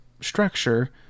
structure